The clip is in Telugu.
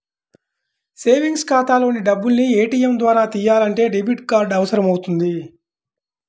సేవింగ్స్ ఖాతాలోని డబ్బుల్ని ఏటీయం ద్వారా తియ్యాలంటే డెబిట్ కార్డు అవసరమవుతుంది